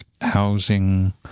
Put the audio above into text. housing